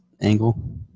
angle